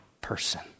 person